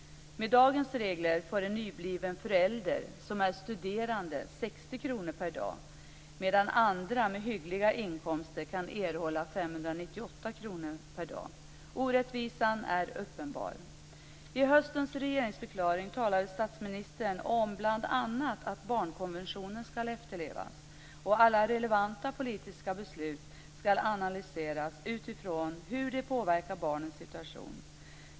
Med dagens regler får en nybliven förälder som är studerande 60 kr per dag, medan andra med hyggliga inkomster kan erhålla 598 kr per dag. Orättvisan är uppenbar. I höstens regeringsförklaring talade statsministern om bl.a. att barnkonventionen skall efterlevas. Alla relevanta politiska beslut skall analyseras utifrån hur de påverkar barnens situation.